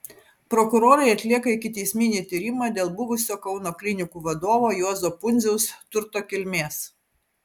prokurorai atlieka ikiteisminį tyrimą dėl buvusio kauno klinikų vadovo juozo pundziaus turto kilmės